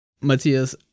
Matthias